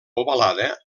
ovalada